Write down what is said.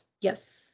Yes